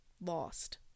lost